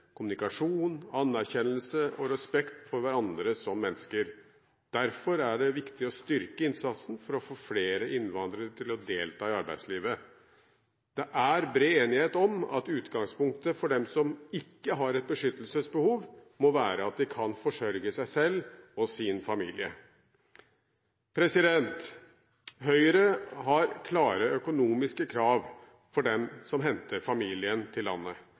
kommunikasjon, anerkjennelse og respekt for hverandre som mennesker. Derfor er det viktig å styrke innsatsen for å få flere innvandrere til å delta i arbeidslivet. Det er bred enighet om at utgangspunktet for dem som ikke har et beskyttelsesbehov, må være at de kan forsørge seg selv og sin familie. Høyre stiller klare økonomiske krav til dem som henter familien til landet.